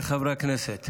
הכנסת,